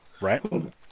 Right